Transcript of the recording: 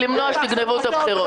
כן, כן.